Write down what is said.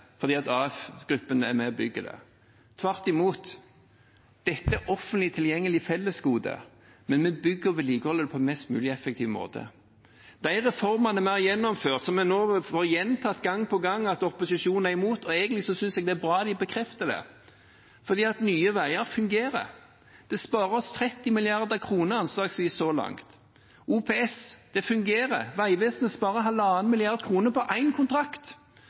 fordi Skanska eller AF Gruppen er med og bygger det. Tvert imot – dette er offentlig tilgjengelige fellesgoder, men vi bygger og vedlikeholder dem på en mest mulig effektiv måte. Opposisjonen har gjentatt gang på gang at de er imot reformene vi har gjennomført. Egentlig synes jeg det er bra at de bekrefter det, for Nye Veier fungerer. Med det har vi spart anslagsvis 30 mill. kr så langt. Og OPS fungerer. Vegvesenet sparer 1,5 mrd. kr på én kontrakt.